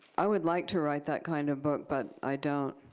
i would like to write that kind of book, but i don't.